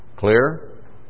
Clear